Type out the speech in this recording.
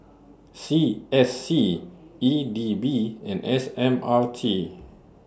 C S C E D B and S M R T